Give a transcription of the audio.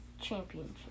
championship